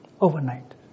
overnight